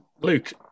Luke